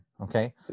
okay